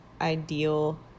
ideal